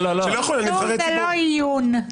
צמצום זה לא לאיין.